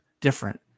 different